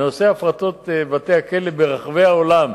בנושא הפרטות בתי-הכלא ברחבי העולם,